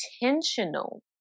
intentional